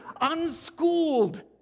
unschooled